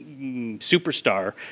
superstar